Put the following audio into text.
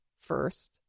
first